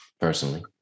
personally